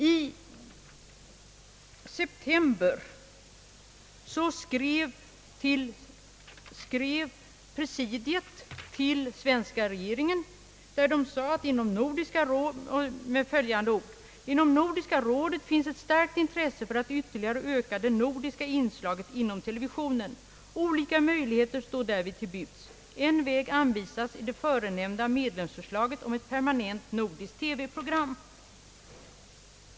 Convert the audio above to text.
I september skrev presidiet till svenska regeringen: »Inom Nordiska rådet finnes ett starkt intresse för att ytierligare öka det nordiska inslaget inom televisionen, Olika möjligheter stå därvid till buds. En väg anvisas i det förenämnda medlemsförslaget om ett permanent nordiskt TV-program.